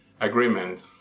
Agreement